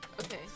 Okay